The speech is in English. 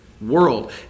world